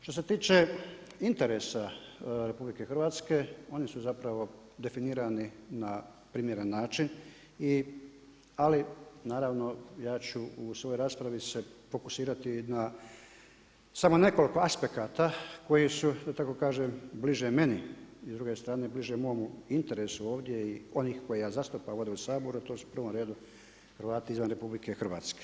Što se tiče interesa RH, oni su zapravo definirani na primjeren način ali naravno ja ću u svojoj raspravi se fokusirati na samo nekoliko aspekata koji su da tako kažem, bliže meni, s druge strane bliže mom interesu ovdje i onih kojih ja zastupam ovdje u Saboru a to su prvom redu Hrvati izvan RH.